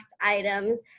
items